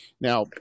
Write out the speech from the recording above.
Now